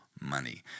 money